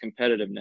competitiveness